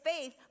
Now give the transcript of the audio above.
faith